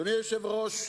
אדוני היושב-ראש,